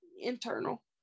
internal